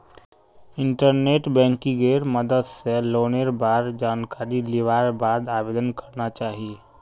internet बैंकिंगेर मदद स लोनेर बार जानकारी लिबार बाद आवेदन करना चाहिए